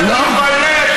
תתבייש.